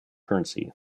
currency